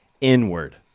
inward